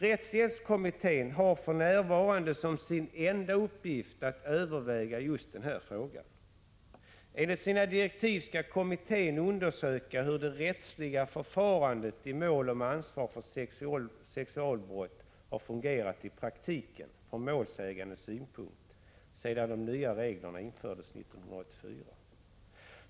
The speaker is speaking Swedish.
Rätthjälpskommittén har för närvarande som sin enda uppgift att överväga just denna fråga. Enligt sina direktiv skall kommittén undersöka hur det rättsliga förfarandet i mål om ansvar för sexualbrott har fungerat i praktiken från målsägandens synpunkt sedan de nya reglerna infördes 1984.